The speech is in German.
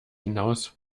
hinaus